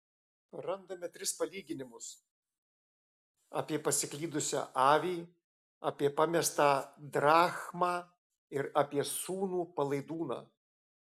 randame tris palyginimus apie pasiklydusią avį apie pamestą drachmą ir apie sūnų palaidūną